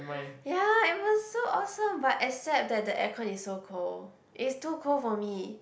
ya it was so awesome but except that the air con is so cold is too cold for me